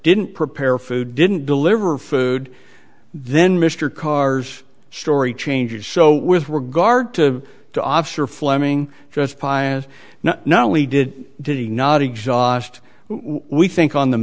didn't prepare food didn't deliver food then mr karr's story changes so with regard to the officer fleming just pious now not only did did he not exhaust we think on the